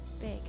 big